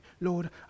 Lord